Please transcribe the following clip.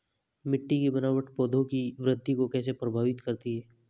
मिट्टी की बनावट पौधों की वृद्धि को कैसे प्रभावित करती है?